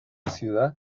ciudad